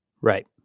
Right